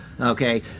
okay